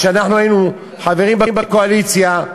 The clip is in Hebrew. כשהיינו חברים בקואליציה,